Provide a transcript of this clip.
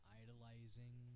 idolizing